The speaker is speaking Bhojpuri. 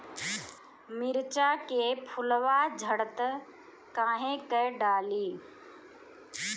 मिरचा के फुलवा झड़ता काहे का डाली?